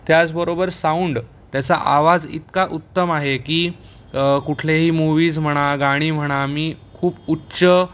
त्याचबरोबर साऊंड त्याचा आवाज इतका उत्तम आहे की कुठलेही मूव्हीज म्हणा गाणी म्हणा मी खूप उच्च